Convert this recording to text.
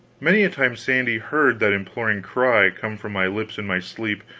many a time sandy heard that imploring cry come from my lips in my sleep.